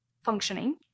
functioning